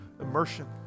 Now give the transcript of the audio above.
immersion